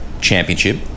Championship